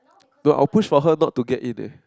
no I'll push for her not to get in eh